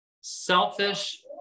selfish